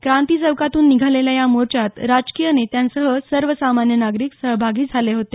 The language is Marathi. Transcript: क्रांती चौकातून निघालेल्या या मोर्चात राजकीय नेत्यांसह सर्वसामान्य नागरिक सहभागी झाले होते